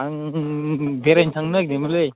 आं बेरायनो थांनो नागिरदोंमोनलै